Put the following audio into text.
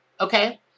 okay